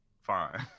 fine